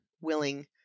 willing